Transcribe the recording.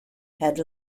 had